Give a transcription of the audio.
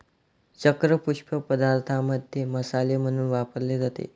चक्र पुष्प पदार्थांमध्ये मसाले म्हणून वापरले जाते